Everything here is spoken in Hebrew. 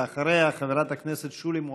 אחריה, חברת הכנסת שולי מועלם-רפאלי.